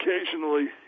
occasionally